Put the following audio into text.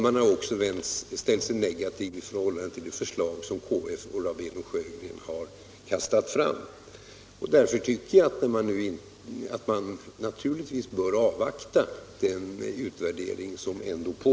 Man har också ställt sig negativ till det förslag som KF och Rabén & Sjögren har kastat fram. Därför tycker jag att vi naturligtvis bör avvakta den utvärdering som ändå pågår.